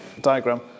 diagram